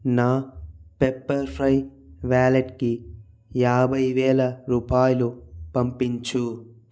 నా Pepperfry వ్యాలెట్కి యాభై వేల రూపాయలు పంపించు